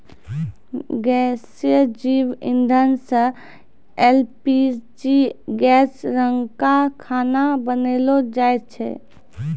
गैसीय जैव इंधन सँ एल.पी.जी गैस रंका खाना बनैलो जाय छै?